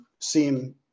seem